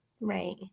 Right